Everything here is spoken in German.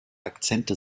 akzente